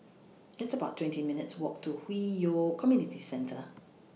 It's about twenty minutes' Walk to Hwi Yoh Community Centre